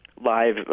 live